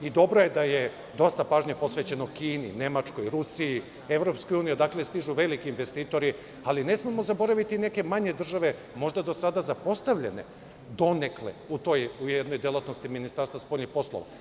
Dobro je da je dosta pažnje posvećeno Kini, Nemačkoj, Rusiji, EU, odakle stižu veliki investitori, ali ne smemo zaboraviti i neke manje države, možda do sada zapostavljene donekle u toj delatnosti Ministarstva spoljnih poslova.